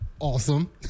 awesome